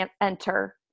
enter